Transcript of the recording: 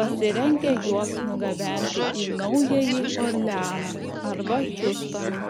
pasirengę juos nugabenti į naująjį orleaną arba hjustoną